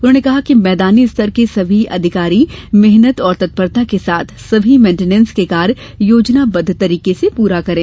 उन्होंने कहा कि मैदानी स्तर के सभी अधिकारी मेहनत और तत्परता के साथ सभी मेंटीनेंस के कार्य योजनाबद्ध तरीके से पूरा करें